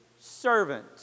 servant